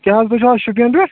کیٛاہ حظ تُہۍ چھُ حظ شُپیَن پٮ۪ٹھ